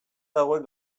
dagoen